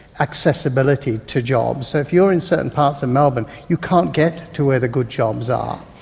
accessibility to jobs. so if you're in certain parts of melbourne you can't get to where the good jobs are.